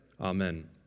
Amen